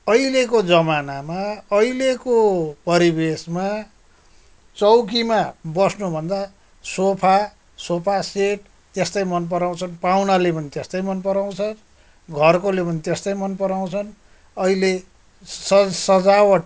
अहिलेको जमानामा अहिलेको परिवेशमा चौकीमा बस्नु भन्दा सोफा सोफा सेट त्यस्तै मन पराउँछन् पाहुनाले पनि त्यस्तै मन पराउँछ घरकोले पनि त्यस्तै मन पराउँछन् अहिले सज सजावट